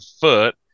foot